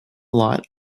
light